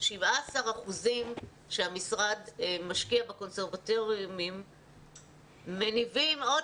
17% שהמשרד משקיע בקונסרבטוריונים מניבים עוד